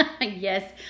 Yes